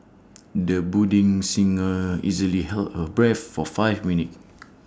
the budding singer easily held her breath for five minutes